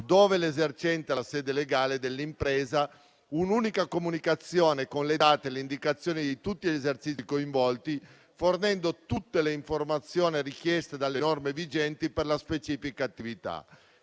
dove l'esercente ha la sede legale dell'impresa, un'unica comunicazione con le date e le indicazioni di tutti gli esercizi coinvolti, fornendo tutte le informazioni richieste dalle norme vigenti per la specifica attività.